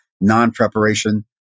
non-preparation